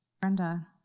Brenda